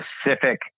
specific